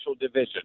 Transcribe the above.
division